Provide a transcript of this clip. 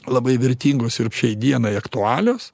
labai vertingos ir šiai dienai aktualios